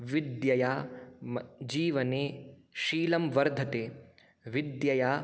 विद्यया म् जीवने शीलं वर्धते विद्यया